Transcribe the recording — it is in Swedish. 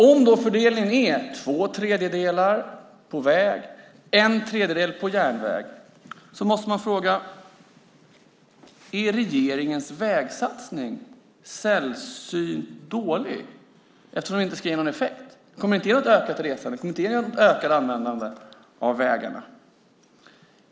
Om då fördelningen är två tredjedelar på väg och en tredjedel på järnväg måste man fråga: Är regeringens vägsatsning sällsynt dålig eftersom den inte ska ge någon effekt? Den kommer inte att ge något ökat resande och inget ökat användande av vägarna.